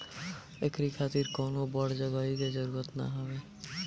एकरी खातिर कवनो बड़ जगही के जरुरत ना हवे